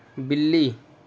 بلی